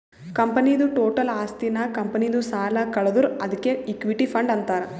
ಕಂಪನಿದು ಟೋಟಲ್ ಆಸ್ತಿ ನಾಗ್ ಕಂಪನಿದು ಸಾಲ ಕಳದುರ್ ಅದ್ಕೆ ಇಕ್ವಿಟಿ ಫಂಡ್ ಅಂತಾರ್